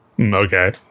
Okay